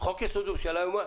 חוק יסוד ירושלים.